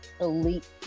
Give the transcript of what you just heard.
elite